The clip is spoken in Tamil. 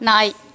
நாய்